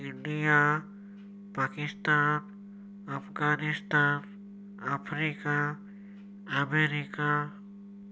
India Pakistan Afghanistan Africa America